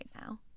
now